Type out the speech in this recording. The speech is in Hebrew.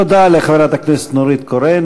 תודה לחברת הכנסת נורית קורן.